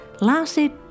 lasted